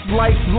life